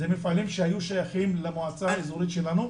אלה מפעלים שהיו שייכים למועצה האזורית שלנו.